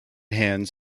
hands